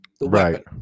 right